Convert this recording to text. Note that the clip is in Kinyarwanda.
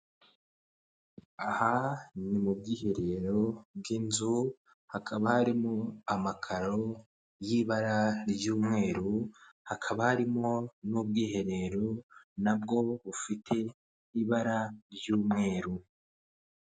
Aha ni mu bwiherero bw'inzu hakaba harimo amakaro y'ibara ry'umweru, hakaba harimo n'ubwiherero nabwo bufite ibara ry'umweru.